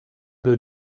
blue